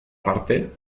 parte